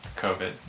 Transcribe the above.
covid